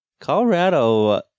Colorado